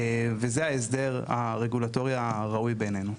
וזה ההסדר הרגולטורי הראוי בעינינו.